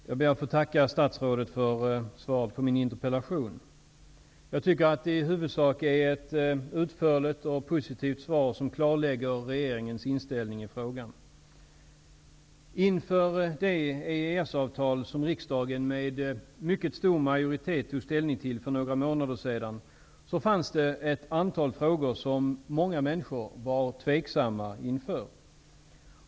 Herr talman! Jag ber att få tacka statsrådet för svaret på min interpellation. Svaret är i huvudsak utförligt och positivt och klarlägger regeringens inställning i frågan. Inför det EES-avtal som riksdagen med mycket stor majoritet tog ställning till för några månader sedan fanns det ett antal frågor som många människor var tveksamma inför.